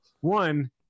one